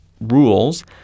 rules